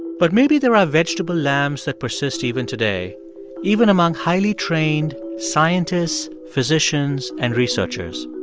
but maybe there are vegetable lambs that persist even today even among highly trained scientists, physicians and researchers.